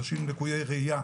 אנשים לקויי ראייה.